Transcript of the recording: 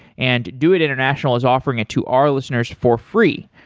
and doit international is offering it to our listeners for free.